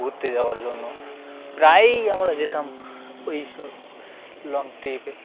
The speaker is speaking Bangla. ঘুরতে যাওয়ার জন্য প্রায়ই আমরা যেতাম ওই স লং ট্রিপে